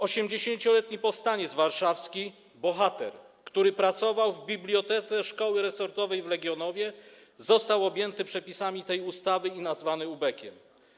80-letni powstaniec warszawski, bohater, który pracował w bibliotece szkoły resortowej w Legionowie, został objęty przepisami tej ustawy i nazwany ubekiem.